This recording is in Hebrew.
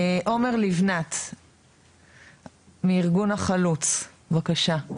עומר לבנת מארגון "החלוץ", בבקשה.